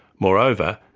moreover,